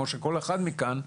כמו כל אחד מכאן,